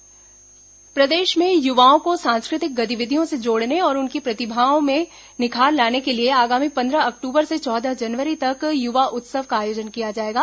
युवा उत्सव प्रदेश में युवाओं को सांस्कृतिक गतिविधियों से जोड़ने और उनकी प्रतिभाओं में निखार लाने के लिए आगामी पंद्रह अक्टूबर से चौदह जनवरी तक युवा उत्सव का आयोजन किया जाएगा